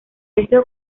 esto